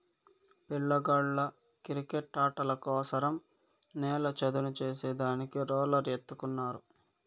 పిల్లగాళ్ళ కిరికెట్టాటల కోసరం నేల చదును చేసే దానికి రోలర్ ఎత్తుకున్నారు